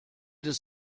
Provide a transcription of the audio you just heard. des